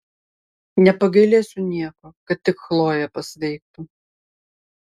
nepagailėsiu nieko kad tik chlojė pasveiktų